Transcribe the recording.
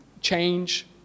change